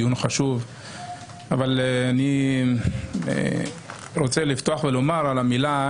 אני רוצה לפתוח ולומר מילה,